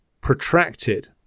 protracted